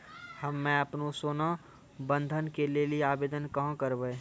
हम्मे आपनौ सोना बंधन के लेली आवेदन कहाँ करवै?